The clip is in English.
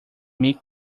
mink